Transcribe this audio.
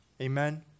Amen